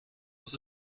was